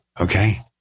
Okay